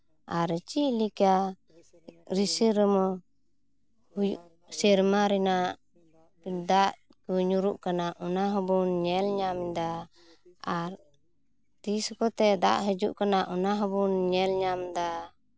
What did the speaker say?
ᱟᱨ ᱪᱮᱫ ᱞᱮᱠᱟ ᱨᱤᱥᱟᱹ ᱨᱚᱢᱚ ᱦᱩᱭᱩᱜ ᱥᱮᱨᱢᱟ ᱨᱮᱱᱟᱜ ᱫᱟᱜ ᱠᱚ ᱧᱩᱨᱩᱜ ᱠᱟᱱᱟ ᱚᱱᱟ ᱦᱚᱸᱵᱚᱱ ᱧᱮᱞ ᱧᱟᱢ ᱮᱫᱟ ᱟᱨ ᱛᱤᱥ ᱠᱚᱛᱮ ᱫᱟᱜ ᱦᱤᱡᱩᱜ ᱠᱟᱱᱟ ᱚᱱᱟ ᱦᱚᱸᱵᱚᱱ ᱧᱮᱞ ᱧᱟᱢ ᱮᱫᱟ